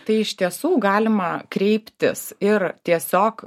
tai iš tiesų galima kreiptis ir tiesiog